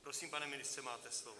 Prosím, pane ministře, máte slovo.